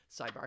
sidebar